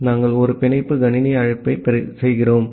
ஆகவே நாங்கள் ஒரு பிணைப்பு கணினி அழைப்பை செய்கிறோம்